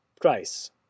Price